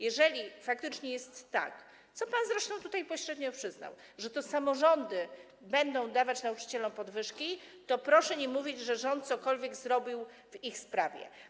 Jeżeli faktycznie jest tak, co pan zresztą tutaj pośrednio przyznał, że to samorządy będą dawać nauczycielom podwyżki, to proszę nie mówić, że rząd cokolwiek zrobił w ich sprawie.